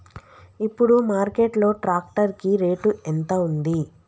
ఇప్పుడు మార్కెట్ లో ట్రాక్టర్ కి రేటు ఎంత ఉంది?